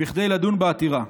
כדי לדון בעתירה.